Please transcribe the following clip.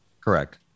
Correct